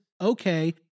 okay